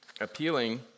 appealing